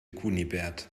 kunibert